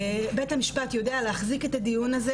בית המשפט יודע להחזיק את הדיון הזה,